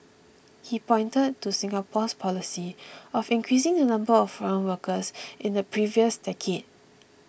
he pointed to Singapore's policy of increasing the number of foreign workers in the previous decade